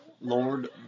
Lord